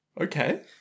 Okay